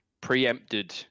Preempted